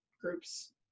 groups